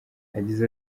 yagize